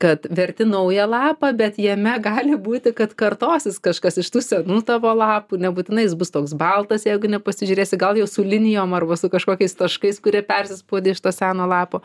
kad verti naują lapą bet jame gali būti kad kartosis kažkas iš tų senų tavo lapų nebūtinai jis bus toks baltas jeigu nepasižiūrėsi gal jau linijom arba su kažkokiais taškais kurie persispaudę iš to seno lapo